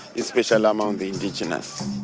especially among the indigenous.